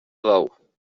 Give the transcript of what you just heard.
veu